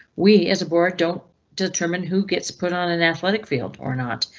we as a board don't determine who gets put on an athletic field. or not,